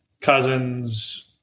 cousins